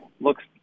looks